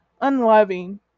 unloving